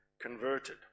converted